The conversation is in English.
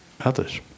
others